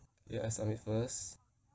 ya I'll submit first